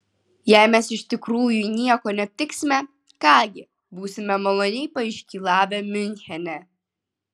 jei mes iš tikrųjų nieko neaptiksime ką gi būsime maloniai paiškylavę miunchene